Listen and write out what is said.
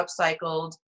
upcycled